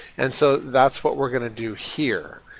and so that's what we're going to do here.